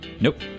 Nope